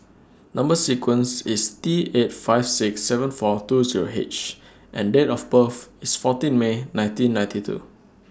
Number sequence IS T eight five six seven four two Zero H and Date of birth IS fourteen May nineteen ninety two